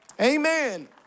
amen